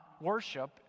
worship